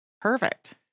Perfect